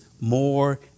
more